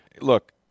Look